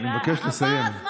אני מבקש לסיים.